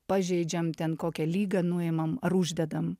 pažeidžiam ten kokią lygą nuimam ar uždedam